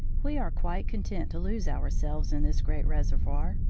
we are quite content to lose ourselves in this great reservoir,